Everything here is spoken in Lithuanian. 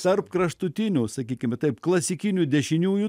tarp kraštutinių sakykime taip klasikinių dešiniųjų